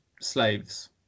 slaves